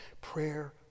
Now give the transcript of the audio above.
Prayer